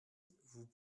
vous